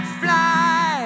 fly